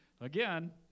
Again